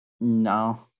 No